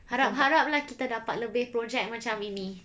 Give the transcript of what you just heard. harap-harap lah kita dapat lebih project macam ini